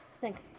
Thanks